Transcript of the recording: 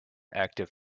active